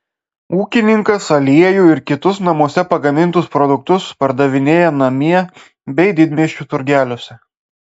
ūkininkas aliejų ir kitus namuose pagamintus produktus pardavinėja namie bei didmiesčių turgeliuose